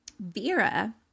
Vera